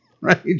right